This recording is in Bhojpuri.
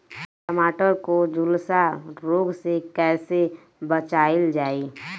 टमाटर को जुलसा रोग से कैसे बचाइल जाइ?